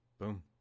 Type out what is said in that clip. Boom